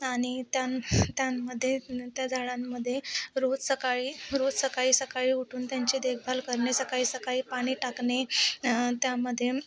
आणि त्या त्यांमध्ये त्या झाडांमध्ये रोज सकाळी रोज सकाळी सकाळी उठून त्यांची देखभाल करणे सकाळी सकाळी पाणी टाकणे त्यामध्ये